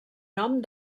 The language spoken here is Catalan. nom